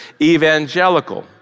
evangelical